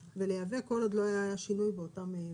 ולייבא כל עוד לא היה שינוי באותם פרטים.